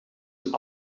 een